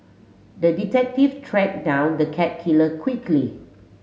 the detective tracked down the cat killer quickly